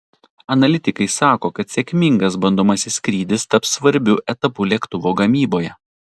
analitikai sako kad sėkmingas bandomasis skrydis taps svarbiu etapu lėktuvo gamyboje